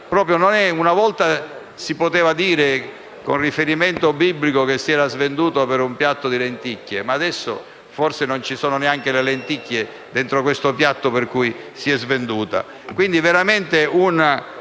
Una volta si poteva dire, con il riferimento biblico, che si era svenduta per un piatto di lenticchie, ma ora forse non ci sono neanche le lenticchie nel piatto per cui si è svenduta. Il quadro è veramente